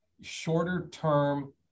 shorter-term